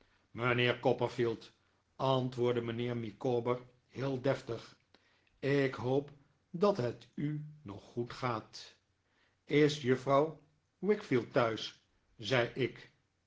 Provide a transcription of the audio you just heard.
mijnheer copperfield antwoordde mijnheer micawber heel deftig ik hoop dat het u nog goed gaat is juffrouw wickfield thiiis zei ik